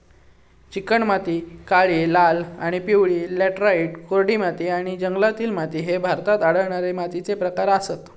चिकणमाती, काळी, लाल आणि पिवळी लॅटराइट, कोरडी माती आणि जंगलातील माती ह्ये भारतात आढळणारे मातीचे प्रकार आसत